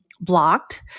blocked